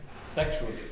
Sexually